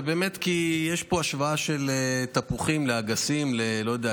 כי יש פה השוואה של תפוחים לאגסים ללא יודע,